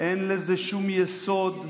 אין לזה שום יסוד.